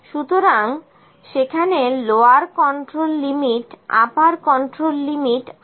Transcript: সুতরাং সেখানে lower control limit upper control limit আছে